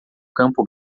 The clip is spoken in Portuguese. campo